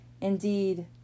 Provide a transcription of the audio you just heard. Indeed